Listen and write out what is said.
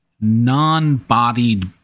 non-bodied